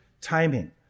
timing